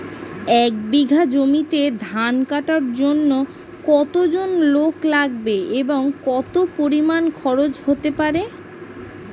এক বিঘা জমিতে ধান কাটার জন্য কতজন লোক লাগবে এবং কত পরিমান খরচ হতে পারে?